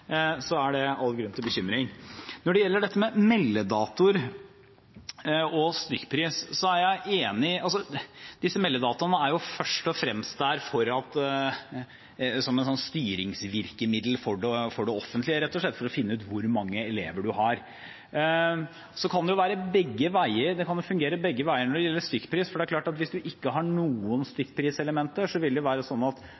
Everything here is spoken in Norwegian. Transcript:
er det all grunn til bekymring. Når det gjelder dette med meldedatoer og stykkpris: Disse meldedatoene er der først og fremst som et styringsvirkemiddel for det offentlige rett og slett for å finne ut hvor mange elever man har. Så kan det fungere begge veier når det gjelder stykkpris, for det er klart at hvis man ikke har noen stykkpriselementer, vil det være sånn at